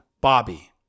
Bobby